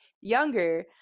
younger